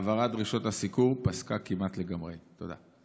והעברת דרישות הסיקור פסקה כמעט לגמרי." תודה.